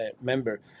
member